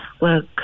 work